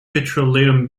petroleum